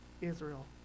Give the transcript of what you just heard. Israel